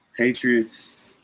Patriots